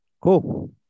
Cool